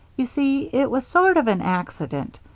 you see it was sort of an accident.